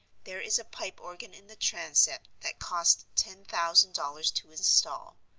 there is a pipe organ in the transept that cost ten thousand dollars to install.